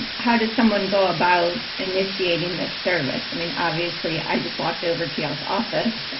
and how does someone go about initiating this service? i mean, obviously i just walked over to y'alls office